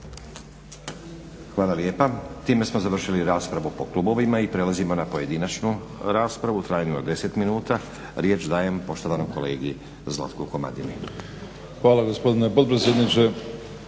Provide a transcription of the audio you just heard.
Hvala lijepa. Time smo završili raspravu po klubovima i prelazimo na pojedinačnu raspravu o trajanju od deset minuta. Riječ dajem poštovanom kolegi Zlatku Komadini. **Komadina, Zlatko